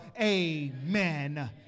Amen